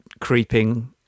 creeping